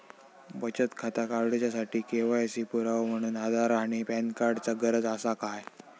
बचत खाता काडुच्या साठी के.वाय.सी पुरावो म्हणून आधार आणि पॅन कार्ड चा गरज आसा काय?